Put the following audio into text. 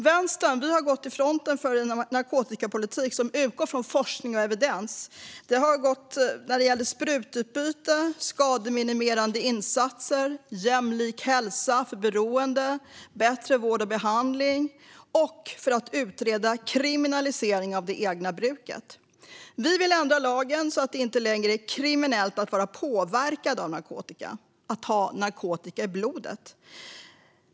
Vänstern har gått i fronten för en narkotikapolitik som utgår från forskning och evidens. Vi har gått längst fram för krav på sprututbyte, skademinimerande insatser, jämlik hälsa för beroende, bättre vård och behandling samt att utreda kriminalisering av det egna bruket. Vi vill ändra lagen så att det inte längre är kriminellt att vara påverkad av narkotika, att ha narkotika i blodet.